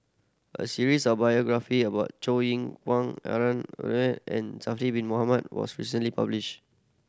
a series of biography about Chow Yian Harun and Zulkifli Bin Mohamed was recently publish